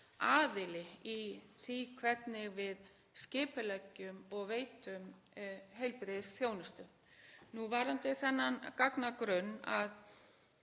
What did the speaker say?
lykilaðili í því hvernig við skipuleggjum og veitum heilbrigðisþjónustu. Varðandi þennan gagnagrunn þá